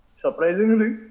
surprisingly